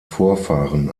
vorfahren